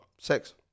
sex